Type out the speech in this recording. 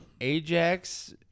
Ajax